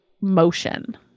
motion